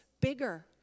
bigger